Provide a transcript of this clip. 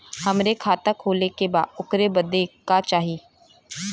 हमके खाता खोले के बा ओकरे बादे का चाही?